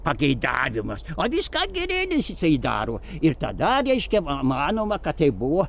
pageidavimas o viską girinis jisai daro ir tada reiškia ma manoma kad tai buvo